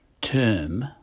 term